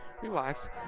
relax